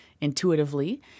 intuitively